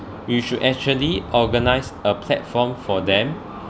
you should actually organise a platform for them